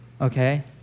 okay